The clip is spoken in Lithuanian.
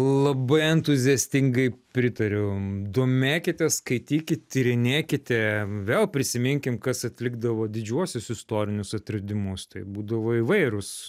labai entuziastingai pritariu domėkitės skaitykit tyrinėkite vėl prisiminkim kas atlikdavo didžiuosius istorinius atradimus tai būdavo įvairūs